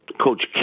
Coach